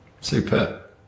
Super